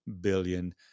billion